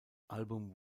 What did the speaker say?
album